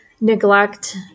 neglect